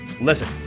Listen